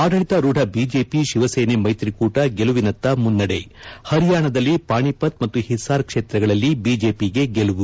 ಆಡಳಿತಾರೂಢ ಬಿಜೆಪಿ ಶಿವಸೇನೆ ಮೈತ್ರಿಕೂಟ ಗೆಲುವಿನತ್ತ ಮುನ್ತದೆ ಹರಿಯಾಣದಲ್ಲಿ ಪಾಣಿಪತ್ ಮತ್ತು ಹಿಸ್ಪಾರ್ ಕ್ಷೇತ್ರಗಳಲ್ಲಿ ಬಿಜೆಪಿಗೆ ಗೆಲುವು